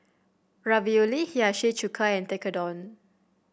Ravioli Hiyashi Chuka and Tekkadon